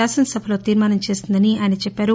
శాసన సభలో తీర్మానం చేసిందని అన్నారు